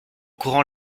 courant